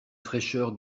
fraîcheur